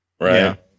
Right